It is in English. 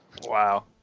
Wow